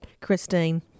Christine